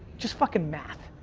just fucking math.